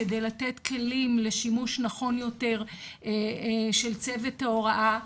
כדי לתת כלים לשימוש נכון יותר של צוות ההוראה,